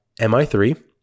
MI3